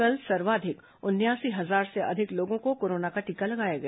कल सर्वाधिक उनयासी हजार से अधिक लोगों को कोरोना का टीका लगाया गया